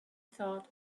thought